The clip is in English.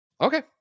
okay